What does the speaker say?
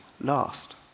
last